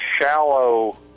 shallow